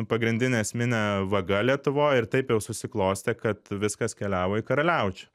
pagrindinė esminė vaga lietuvoj ir taip jau susiklostė kad viskas keliavo į karaliaučių